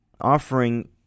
offering